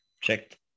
checked